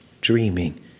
dreaming